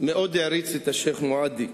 מאוד העריץ את השיח' מועדי.